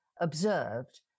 observed